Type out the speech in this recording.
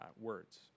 words